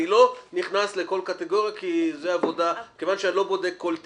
אני לא נכנס לכל קטגוריה כי זו עבודה כיוון שאני לא בודק כל תיק.